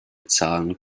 zahlen